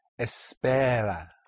espera